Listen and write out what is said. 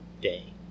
day